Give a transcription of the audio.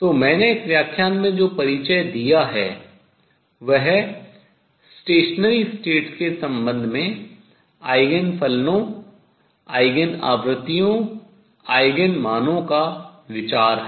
तो मैंने इस व्याख्यान में जो परिचय दिया है वह स्थायी अवस्थाओं के संबंध में आयगेन फलनों आयगेन आवृत्तियों आयगेन मानों का विचार है